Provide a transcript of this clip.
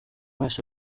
wese